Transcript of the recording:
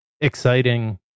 exciting